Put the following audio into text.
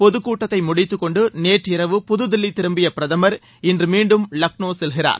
பொதுக்கூட்டத்தை முடித்துக்கொண்டு நேற்றிரவு புதுதில்லி திரும்பிய பிரதமர் இன்று மீண்டும் லக்னோ செல்கிறார்